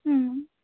হুম